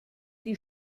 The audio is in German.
die